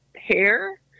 hair